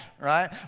right